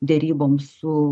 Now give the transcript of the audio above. deryboms su